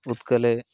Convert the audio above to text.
उत्कले